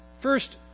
First